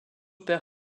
perd